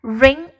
ring